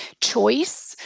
choice